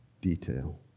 detail